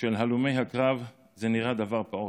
של הלומי הקרב זה נראה דבר פעוט: